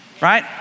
right